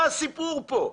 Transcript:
מה הסיפור פה?